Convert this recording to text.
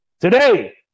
Today